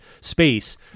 space